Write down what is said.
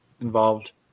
involved